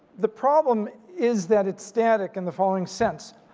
the problem is that it's static in the following sense.